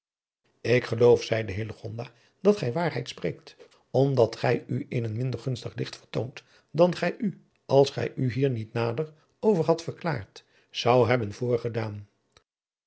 ik geloof zeide hillegonda dat gij waarheid spreekt omdat gij u in een minder gunstig licht vertoont dan gij u als gij u hier niet nader over hadt verklaard zoudt hebben